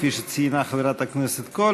כפי שציינה חברת הכנסת קול.